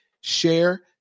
share